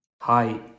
Hi